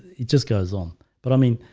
it just goes on but i mean